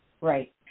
Right